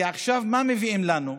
כי מה מביאים לנו עכשיו?